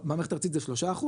במערכת הארצית זה 3%,